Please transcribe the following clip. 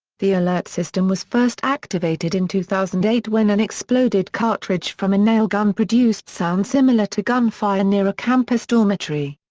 the alert system was first activated in two thousand and eight when an exploded cartridge from a nail gun produced sounds similar to gunfire near a campus dormitory.